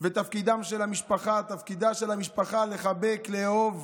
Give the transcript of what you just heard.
ותפקידה של המשפחה הוא לחבק, לאהוב,